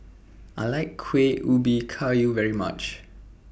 I like Kueh Ubi Kayu very much